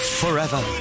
forever